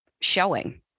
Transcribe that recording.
showing